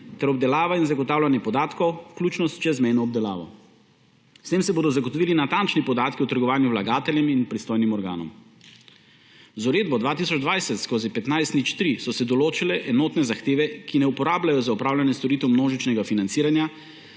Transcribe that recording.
ter obdelava in zagotavljanje podatkov, vključno s čezmejno obdelavo. S tem se bodo zagotovili natančni podatki o trgovanju vlagateljem in pristojnim organom. Z Uredbo 2020/1503 so se določile enotne zahteve, ki ne uporabljajo za opravljanje storitev množičnega financiranja